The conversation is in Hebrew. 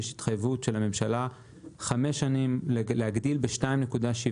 יש התחייבות של הממשלה להגדיל ב-2.7